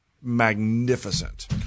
magnificent